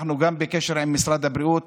אנחנו גם בקשר עם משרד הבריאות,